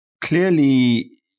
clearly